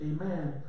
amen